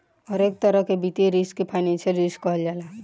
हरेक तरह के वित्तीय रिस्क के फाइनेंशियल रिस्क कहल जाला